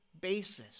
basis